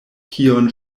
kion